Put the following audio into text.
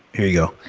here you